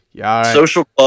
Social